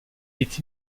est